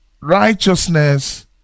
righteousness